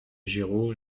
giraud